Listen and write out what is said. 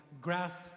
grasp